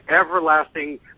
everlasting